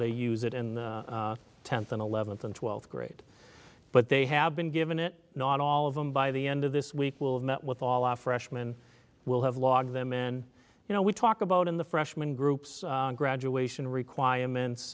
they use it in the tenth and eleventh and twelfth grade but they have been given it not all of them by the end of this week will have met with all freshman will have lot of them in you know we talk about in the freshman groups graduation requirements